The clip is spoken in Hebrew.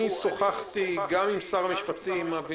אני שוחחתי גם עם שר המשפטים אבי